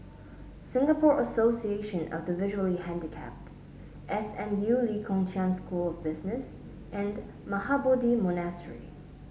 Singapore Association of the Visually Handicapped S M U Lee Kong Chian School of Business and Mahabodhi Monastery